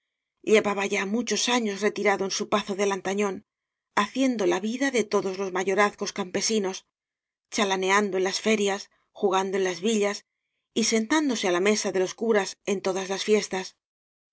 llevaba ya muchos años retirado en su pazo de lantañón haciendo la vida de todos los mayorazgos campesinos chalaneando en las ferias jugando en las villas y sentándose á la mesa de los curas en todas las fiestas